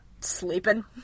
sleeping